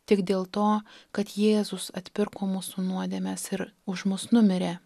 tik dėl to kad jėzus atpirko mūsų nuodėmes ir už mus numirė